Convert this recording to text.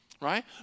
Right